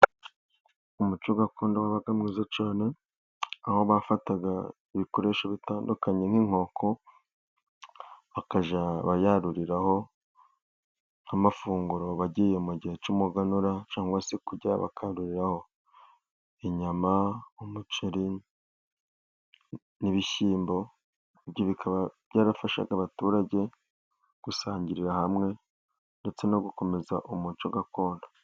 Umuco gakondo wabaga mwiza cyane, aho bafataga ibikoresho bitandukanye nk'inkoko bakajya bayaruriraho nk'amafunguro, bagiye mu gihe cy'umuganura cyangwa se kurya bakanaruriraho inyama, umuceri n'ibishyimbo, ibyo bikaba byarafashaga abaturage gusangirira hamwe ndetse no gukomeza umuco gakondo.